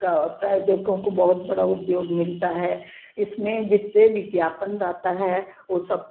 का प्रायोजकों को बहुत बड़ा उद्योग मिलता है इसमें जितने विज्ञापन आता है वो सब